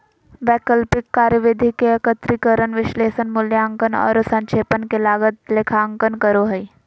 वैकल्पिक कार्यविधि के एकत्रीकरण, विश्लेषण, मूल्यांकन औरो संक्षेपण के लागत लेखांकन कहो हइ